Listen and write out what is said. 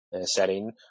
setting